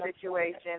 situation